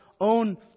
own